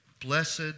Blessed